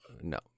No